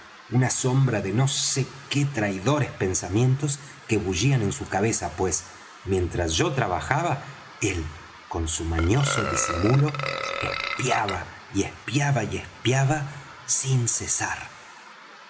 una sombra de no sé qué traidores pensamientos que bullían en su cabeza pues mientras yo trabajaba él con su mañoso disimulo espiaba y espiaba y espiaba sin cesar